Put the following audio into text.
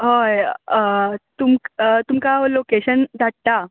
हय तुमक् तुमकां हांव लोकेशन धाडटा